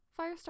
Firestar